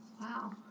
Wow